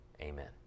Amen